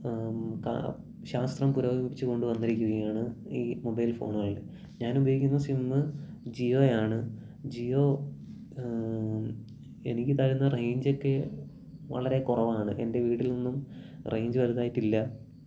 ശാസ്ത്രം പുരോഗമിച്ചു കൊണ്ടുവന്നിരിക്കുകയാണ് ഈ മൊബൈൽ ഫോണുകൾ ഞാൻ ഉപയോഗിക്കുന്ന സിമ്മ് ജിയോ ആണ് ജിയോ എനിക്കി കുന്ന റെയിഞ്ച് ഒക്കെ വളരെ കുറവാണ് എൻ്റെ വീട്ടിൽ ഒന്നും റേഞ്ച് വലുതായിട്ടില്ല